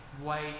white